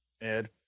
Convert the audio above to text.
Ed